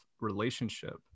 relationship